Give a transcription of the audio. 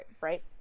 Right